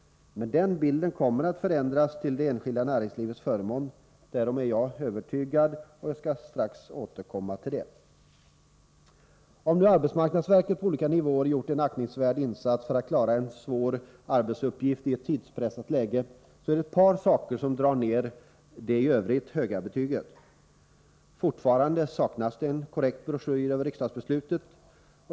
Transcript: Men den bilden kommer att förändras till det enskilda näringslivets förmån — därom är jag övertygad, och jag skall strax återkomma till det. Även om arbetsmarknadsverket på olika nivåer gjort en aktningsvärd insats för att klara en svår arbetsuppgift i ett tidspressat läge, så är det ett par saker som drar ner det i övrigt höga betyget. Fortfarande saknas det en korrekt broschyr över riksdagsbeslutet.